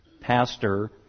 pastor